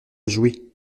jouer